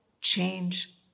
change